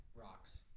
rocks